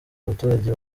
abaturage